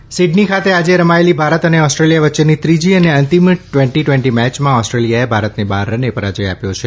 cricket Sydney ખાતે આજે રમાયેલી ભારત અને ઓસ્ટ્રેલીયા વચ્ચેની ત્રીજી અને અંતિમ ટવેન્ટી ટવેન્ટી મેયમાં ઓસ્ટ્રેલીયાએ ભારતને બાર રને પરાજય આપ્યો છે